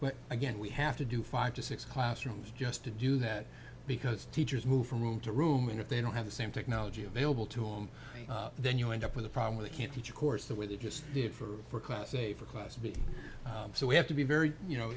but again we have to do five to six classrooms just to do that because teachers move from room to room and if they don't have the same technology available to him then you end up with a problem that can't teach a course the way they just did for class a for class b so we have to be very you know